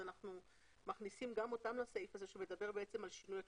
אנחנו מכניסים גם אותם לסעיף הזה שמדבר על שינוי התוספת.